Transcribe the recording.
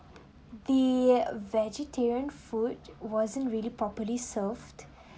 the vegetarian food wasn't really properly served